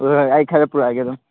ꯍꯣꯏ ꯍꯣꯏ ꯑꯩ ꯈꯔ ꯄꯨꯔꯛꯂꯒꯦ ꯑꯗꯨꯝ